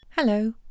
Hello